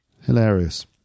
hilarious